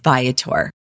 Viator